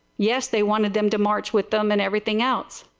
yes they wanted them to march with them and everything else.